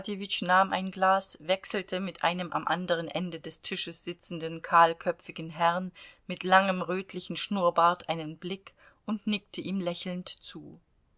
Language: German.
nahm ein glas wechselte mit einem am anderen ende des tisches sitzenden kahlköpfigen herrn mit langem rötlichem schnurrbart einen blick und nickte ihm lächelnd zu